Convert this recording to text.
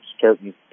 certain